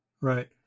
Right